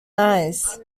ice